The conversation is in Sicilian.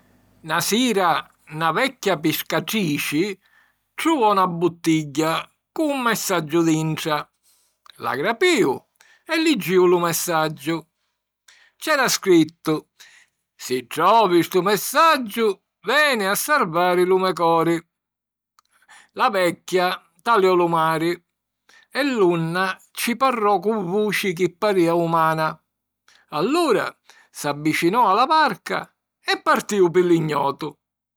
Na sira na vecchia piscatrici truvò na buttigghia cu un messaggiu dintra. La grapìu e liggìu lu messaggiu. C'era scrittu: «Si trovi stu messaggiu, veni a sarvari lu me cori». La vecchia taliò lu mari, e l’unna ci parrò cu vuci chi parìa umana. Allura s'abbicinò a la varca e partìu pi l'ignotu.